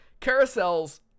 carousels